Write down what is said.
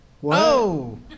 Whoa